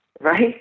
right